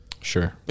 Sure